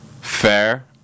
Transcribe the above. Fair